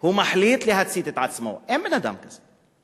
הוא מחליט להצית את עצמו, אין בן-אדם כזה.